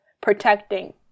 protecting